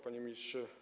Panie Ministrze!